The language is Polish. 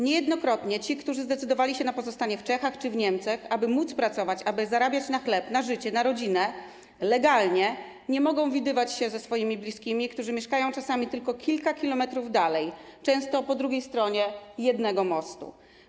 Niejednokrotnie ci, którzy zdecydowali się na pozostanie w Czechach czy w Niemczech, aby móc pracować, zarabiać na chleb, na życie, na rodzinę, legalnie, nie mogą widywać się ze swoimi bliskimi, którzy mieszkają czasami tylko kilka kilometrów dalej, często po drugiej stronie jednego mostu.